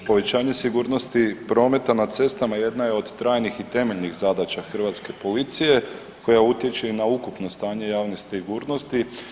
Povećanje sigurnosti prometa na cestama jedna je od trajnih i temeljnih zadaća hrvatske policije koja utječe i na ukupno stanje javne sigurnosti.